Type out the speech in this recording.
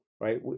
right